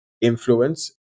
influence